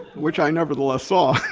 which i nevertheless saw.